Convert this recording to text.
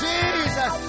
Jesus